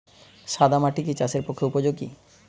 সাদা মাটি কি চাষের পক্ষে উপযোগী?